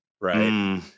right